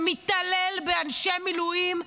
שמתעלל באנשי מילואים,